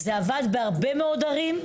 זה עבד בהרבה מאוד ערים.